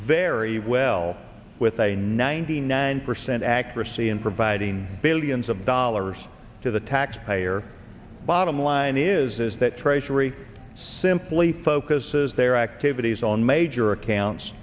very well with a ninety nine percent accuracy in providing billions of dollars to the taxpayer bottom line is that treasury simply focuses their activities on major accounts